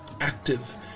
active